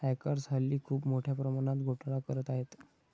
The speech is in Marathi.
हॅकर्स हल्ली खूप मोठ्या प्रमाणात घोटाळा करत आहेत